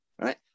right